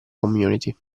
community